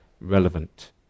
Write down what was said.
relevant